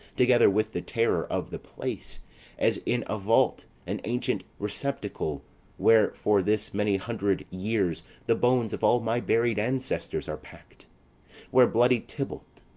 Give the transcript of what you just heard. together with the terror of the place as in a vault, an ancient receptacle where for this many hundred years the bones of all my buried ancestors are pack'd where bloody tybalt,